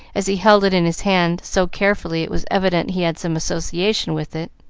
as he held it in his hand so carefully it was evident he had some association with it